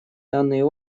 данный